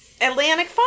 Atlantic